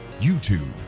YouTube